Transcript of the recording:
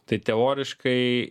tai teoriškai